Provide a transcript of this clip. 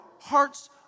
hearts